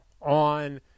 on